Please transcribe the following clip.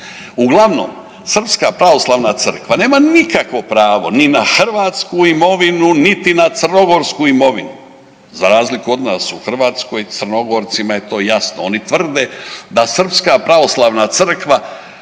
Uglavnom, Srpska pravoslavna crkva nema nikakvo pravo ni na hrvatsku imovinu niti na crnogorsku imovinu. Za razliku od nas u Hrvatskoj, Crnogorcima je to jasno. Oni tvrde da Srpska pravoslavna crkva